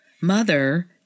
mother